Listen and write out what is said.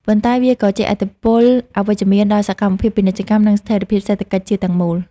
ប៉ុន្តែវាក៏ជះឥទ្ធិពលអវិជ្ជមានដល់សកម្មភាពពាណិជ្ជកម្ម និងស្ថិរភាពសេដ្ឋកិច្ចជាតិទាំងមូល។